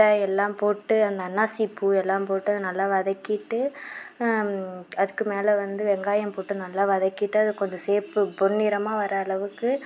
எல்லாம் போட்டு அந்த அன்னாசி பூ எல்லாம் போட்டு அதை நல்லா வதக்கிவிட்டு அதுக்கு மேல் வந்து வெங்காயம் போட்டு நல்லா வதக்கிவிட்டு அதை கொஞ்சம் சேப்பு பொன்நிறமாக வர அளவுக்கு